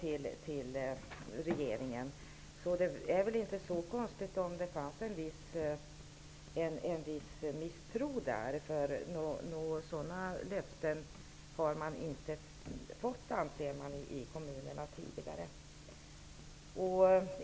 Då är det väl inte så konstigt om det fanns en viss misstro. Några löften har man inte fått tidigare, anser man i kommunerna.